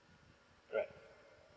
right